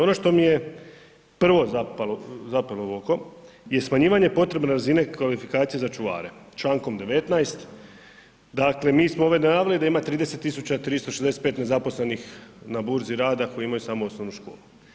Ono što mi je prvo zapelo u oko, je smanjivanje potrebne razine kvalifikacije za čuvare Člankom 19., dakle smo naveli da ima 30.365 nezaposlenih na burzi rada koji imaju samo osnovnu školu.